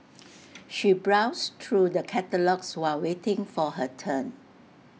she browsed through the catalogues while waiting for her turn